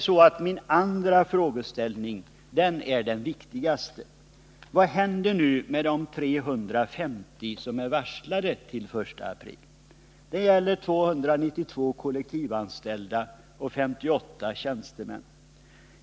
Men min andra fråga är den viktigaste: Vad händer nu med de 350 som är varslade om uppsägning till den 1 april? Det gäller 292 kollektivanställda och 58 tjänstemän.